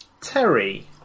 Terry